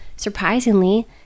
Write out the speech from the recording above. surprisingly